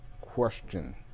question